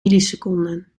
milliseconden